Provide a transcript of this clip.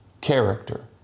character